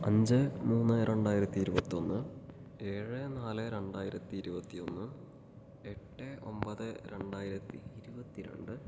അഞ്ച് മൂന്ന് രണ്ടായിരത്തി ഇരുപത്തൊന്ന് ഏഴ് നാല് രണ്ടായിരത്തി ഇരുപത്തി ഒന്ന് എട്ട് ഒൻപത് രണ്ടായിരുത്തി ഇരുപത്തി രണ്ട്